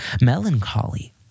melancholy